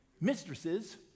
Mistresses